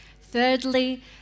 Thirdly